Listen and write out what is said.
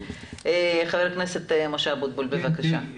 חבר הכנסת משה אבוטבול בבקשה.